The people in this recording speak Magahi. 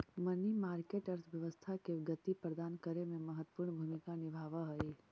मनी मार्केट अर्थव्यवस्था के गति प्रदान करे में महत्वपूर्ण भूमिका निभावऽ हई